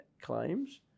claims